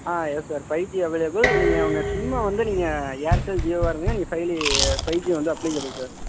ஆ yes sir five G available நீங்கள் உங்கள் சிம்மை வந்து நீங்கள் ஏர்டெல் ஜியோவாக இருந்திங்கனா நீங்கள் ஃபை ஜி வந்து அப்ளிகேபில் சார்